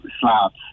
slabs